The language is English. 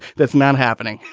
that's not happening